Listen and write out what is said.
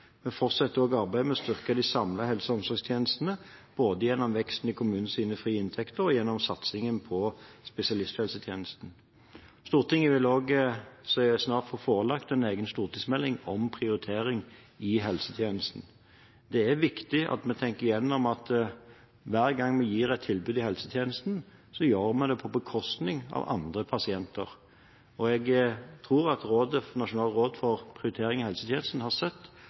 Vi fortsetter også arbeidet med å styrke de samme helse- og omsorgtjenestene både gjennom veksten i kommunenes frie inntekter og gjennom satsingen på spesialisthelsetjenesten. Stortinget vil også snart få seg forelagt en egen stortingsmelding om prioritering i helsetjenesten. Det er viktig at vi tenker gjennom at hver gang vi gir et tilbud i helsetjenesten, gjør vi det på bekostning av andre pasienter. Jeg tror at Nasjonalt råd for prioritering i helse- og omsorgstjenesten har sett